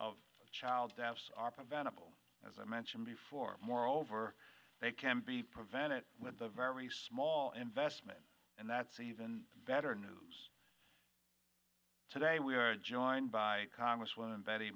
preventable as i mentioned before moreover they can be prevented with a very small investment and that's even better news today we are joined by congresswoman betty